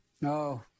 No